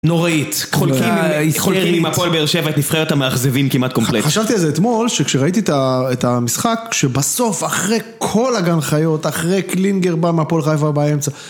נוראית. היסטרית, חולקים עם הפועל באר שבע את נבחרת המאכזבים כמעט קומפלט. חשבתי על זה אתמול, שכשראיתי את המשחק, שבסוף, אחרי כל הגן חיות, אחרי קלינגר בא מהפועל חיפה באמצע...